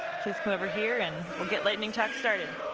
please come over here, and we'll get lightning talk started.